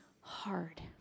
hard